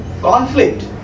conflict